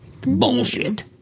Bullshit